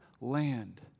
land